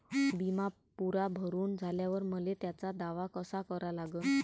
बिमा पुरा भरून झाल्यावर मले त्याचा दावा कसा करा लागन?